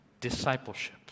discipleship